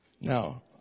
Now